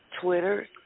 Twitter